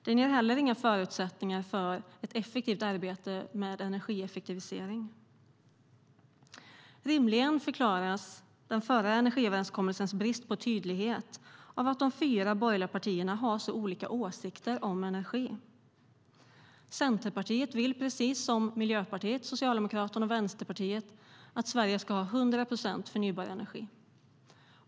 Den ger heller inga förutsättningar för ett effektivt arbete med energieffektivisering. Rimligen förklaras den förra energiöverenskommelsens brist på tydlighet av att de fyra borgerliga partierna har så olika åsikter om energi. Centerpartiet vill precis som Miljöpartiet, Socialdemokraterna och Vänsterpartiet att Sverige ska ha 100 procent förnybar energi.